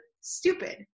stupid